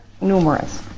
numerous